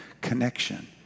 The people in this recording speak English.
connection